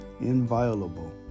Inviolable